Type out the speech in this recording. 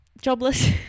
jobless